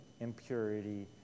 Impurity